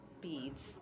beads